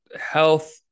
health